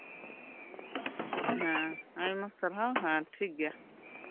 ᱦᱮᱸ ᱟᱭᱢᱟ ᱥᱟᱨᱦᱟᱣ ᱦᱮᱸ ᱴᱷᱤᱠ ᱜᱮᱭᱟ